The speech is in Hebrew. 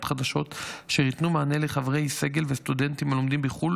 חדשות אשר ייתנו מענה לחברי סגל וסטודנטים הלומדים בחו"ל